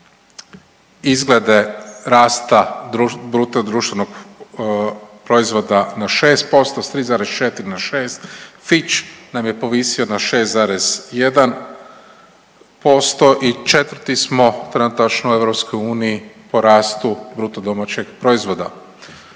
izgleda rasta bruto društvenog proizvoda na šest posto, sa 3,4 na 6. Fich nam je povisio na 6,1% i četvrti smo trenutačno u EU po rastu bruto domaćeg proizvoda.